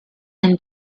and